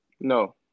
No